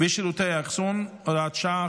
ושירותי האחסון (הוראת שעה,